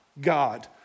God